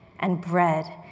and bread,